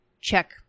check